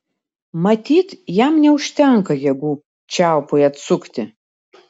matyt jam neužtenka jėgų čiaupui atsukti